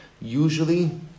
Usually